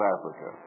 Africa